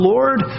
Lord